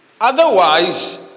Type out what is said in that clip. Otherwise